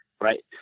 right